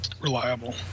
reliable